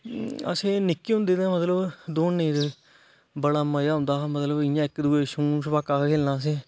आसें निक्के होंदे ते मतलब दौड़ने बड़ा मजा औंदा हा मतलब इयां इक दुऐ गी छू छवाका खैलना आसें